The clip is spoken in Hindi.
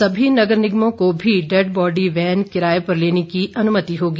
सभी नगर निगमों को भी डेड बॉडी वैन किराये पर लेने की अनुमति होगी